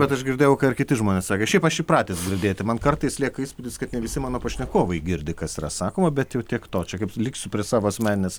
bet aš girdėjau ką ir kiti žmonės sakė šiaip aš įpratęs girdėti man kartais lieka įspūdis kad ne visi mano pašnekovai girdi kas yra sakoma bet jau tiek to čia kaip liksiu prie savo asmeninės